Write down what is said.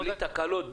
בלי תקלות,